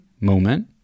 moment